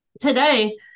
today